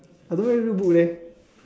I don't really read book leh